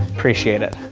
appreciate it.